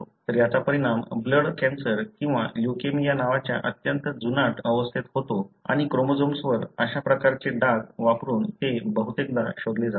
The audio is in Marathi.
तर याचा परिणाम ब्लड कॅन्सर किंवा ल्युकेमिया नावाच्या अत्यंत जुनाट अवस्थेत होतो आणि क्रोमोझोम्सवर अशा प्रकारचे डाग वापरून हे बहुतेकदा शोधले जाते